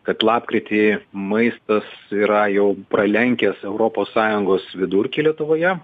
kad lapkritį maistas yra jau pralenkęs europos sąjungos vidurkį lietuvoje